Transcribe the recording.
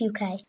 uk